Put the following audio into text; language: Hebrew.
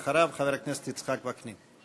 אחריו, חבר הכנסת יצחק וקנין.